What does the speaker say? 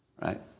right